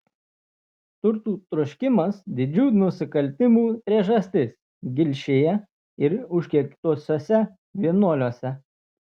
turtų troškimas didžių nusikaltimų priežastis gilšėje ir užkeiktuosiuose vienuoliuose